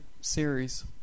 series